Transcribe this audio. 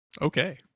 Okay